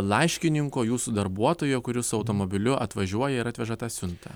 laiškininko jūsų darbuotojo kuris automobiliu atvažiuoja ir atveža tą siuntą